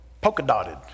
polka-dotted